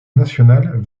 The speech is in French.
national